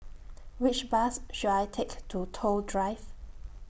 Which Bus should I Take to Toh Drive